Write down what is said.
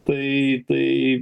tai tai